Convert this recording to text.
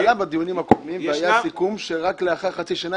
זה עלה בדיונים הקודמים והיה סיכום שרק לאחר חצי שנה